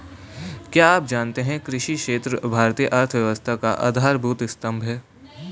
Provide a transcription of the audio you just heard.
क्या आप जानते है कृषि क्षेत्र भारतीय अर्थव्यवस्था का आधारभूत स्तंभ है?